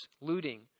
looting